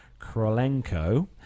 Krolenko